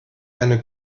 eine